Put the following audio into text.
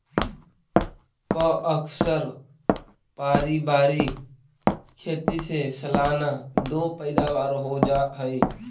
प्अक्सर पारिवारिक खेती से सालाना दो पैदावार हो जा हइ